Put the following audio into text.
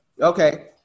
okay